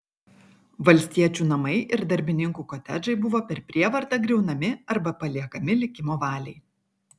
valstiečių namai ir darbininkų kotedžai buvo per prievartą griaunami arba paliekami likimo valiai